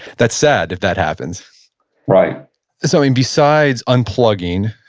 that's sad if that happens right so and besides unplugging,